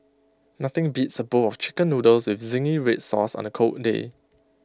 nothing beats A bowl of Chicken Noodles with Zingy Red Sauce on A cold day